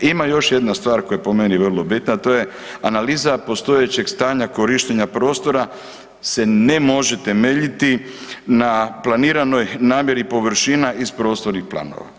Ima još jedna stvar koja je po meni vrlo bitna, a to je analiza postojećeg stanja korištenja prostora se ne može temeljiti na planiranoj namjeri površina iz prostornih planova.